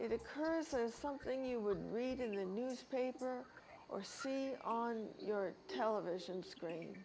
it occurs is something you would read in a newspaper or see on your television screen